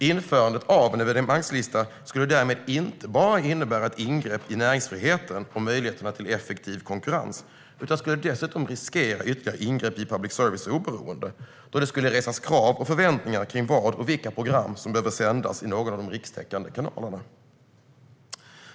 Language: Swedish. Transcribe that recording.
Införandet av en evenemangslista skulle därmed inte bara innebära ett ingrepp i näringsfriheten och möjligheterna till effektiv konkurrens, utan dessutom riskera ytterligare ingrepp i public services oberoende, då det skulle resas krav och förväntningar kring vad och vilka program som behöver sändas i någon av de rikstäckande kanalerna.